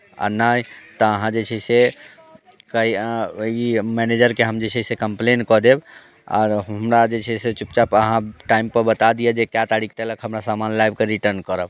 आ नहि तऽ अहाँ जे छै से ई मैनेजरकेँ हम जे छै से कम्प्लेन कऽ देब आओर हमरा जे छै से चुपचाप अहाँ टाइमपर बता दिअ जे कए तारीख तलक हमरा सामान लाबि कऽ रिटर्न करब